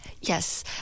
Yes